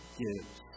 gives